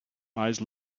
eyes